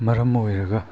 ꯃꯔꯝ ꯑꯣꯏꯔꯒ